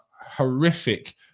horrific